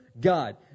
God